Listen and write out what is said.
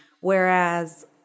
whereas